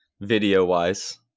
video-wise